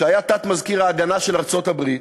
שהיה תת-מזכיר ההגנה של ארצות-הברית,